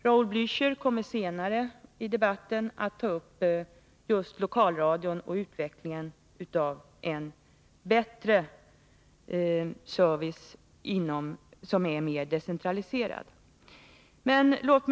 Raul Blächer kommer senare i debatten att ta upp just lokalradion och utvecklingen av en bättre och mer decentraliserad service.